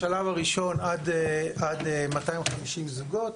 השלב הראשון עד 250 זוגות,